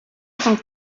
соң